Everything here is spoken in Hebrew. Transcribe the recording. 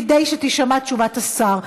כדי שתישמע תשובת השר.